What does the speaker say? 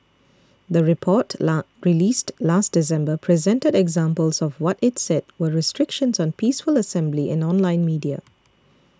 the report la released last December presented examples of what it said were restrictions on peaceful assembly and online media